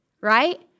right